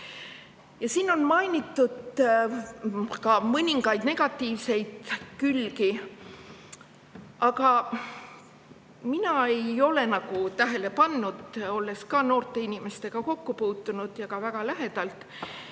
Siin mainiti ka mõningaid negatiivseid külgi. Aga mina ei ole nagu tähele pannud, olles noorte inimestega kokku puutunud, ka väga lähedalt,